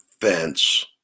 fence